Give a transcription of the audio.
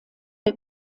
der